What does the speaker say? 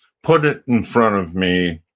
put it in front of me,